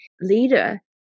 leader